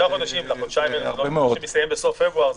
החמישה חודשים לחודשיים שמסתיימים בסוף פברואר,